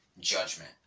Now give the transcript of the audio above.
judgment